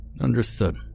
understood